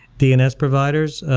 dns providers,